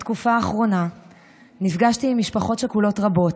בתקופה האחרונה נפגשתי עם משפחות שכולות רבות,